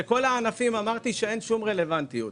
לכל הענפים אמרתי שאין שום רלוונטיות.